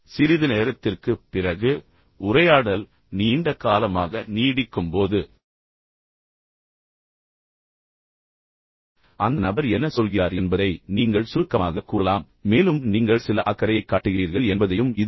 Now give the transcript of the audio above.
சிறிது நேரத்திற்குப் பிறகு உரையாடல் நீண்ட காலமாக நீடிக்கும்போது அந்த நபர் என்ன சொல்கிறார் என்பதை நீங்கள் சுருக்கமாகக் கூறலாம் மேலும் நீங்கள் சில அக்கறையைக் காட்டுகிறீர்கள் என்பதையும் இது குறிக்கும்